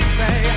say